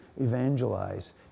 evangelize